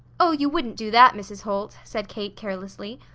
oh, you wouldn't do that, mrs. holt, said kate, carelessly.